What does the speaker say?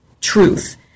truth